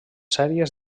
sèries